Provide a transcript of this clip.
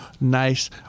nice